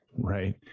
Right